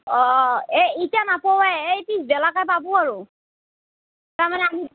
অঁ এই ইতেই নাপাৱে এই পিছবেলাকে পাব আৰু তাৰমানে আমি